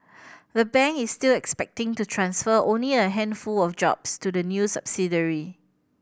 the bank is still expecting to transfer only a handful of jobs to the new subsidiary